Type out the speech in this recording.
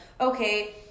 okay